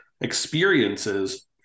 experiences